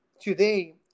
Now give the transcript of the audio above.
today